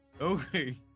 Okay